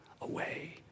away